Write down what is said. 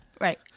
Right